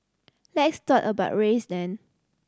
let's talk about race then